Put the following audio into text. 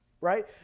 right